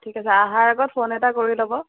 ঠিক আছে আহাৰ আগত ফোন এটা কৰি ল'ব